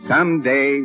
Someday